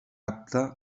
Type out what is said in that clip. apta